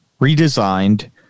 redesigned